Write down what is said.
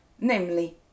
namely